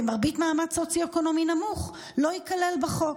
ומרבית המעמד הסוציו-אקונומי הנמוך לא ייכלל בחוק.